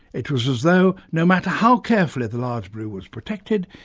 it was as though no matter how carefully the large blue was protected,